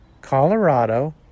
Colorado